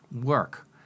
work